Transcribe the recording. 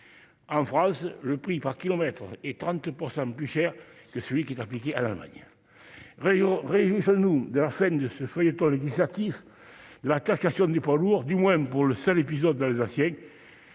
En France, le prix par kilomètre est 30 % plus cher que celui qui est appliqué en Allemagne. Réjouissons-nous de la fin du feuilleton législatif de la taxation des poids lourds, du moins pour le seul épisode alsacien.